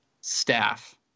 staff